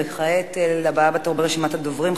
וכעת לבאה בתור ברשימת הדוברים,